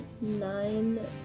nine